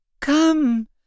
Come